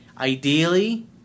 ideally